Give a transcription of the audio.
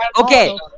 Okay